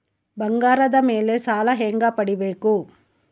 ಬಂಗಾರದ ಮೇಲೆ ಸಾಲ ಹೆಂಗ ಪಡಿಬೇಕು?